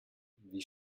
wie